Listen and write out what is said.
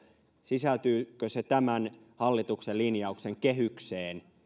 sisältyykö se tämän hallituksen linjauksen kehykseen